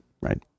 Right